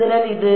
അതിനാൽ ഇത്